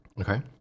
Okay